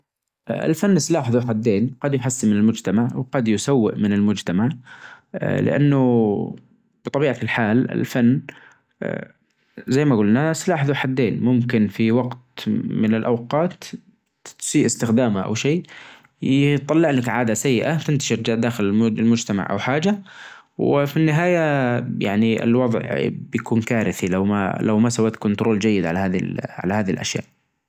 والله مرتبا زين وزوچة چيدة ويعني تكون حياتك كذا مظبوطة ما فيها أي ظغوط ما فيها أي إضطرابات ما في أحد يطلبك فلوس ما في أحد يطلبك حاچة ما لك-ما لك عند أحد عداوة ولا أحد عدا له عندك عداوة ما في خلافات ما في نزاعات هذى-هذى الحياة الچيدة اللي من وچهة نظري اللي فيها توازن وفيها راحة-راحة بال يعني.